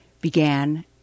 began